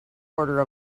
order